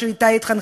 שבה היא התחנכה?